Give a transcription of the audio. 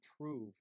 prove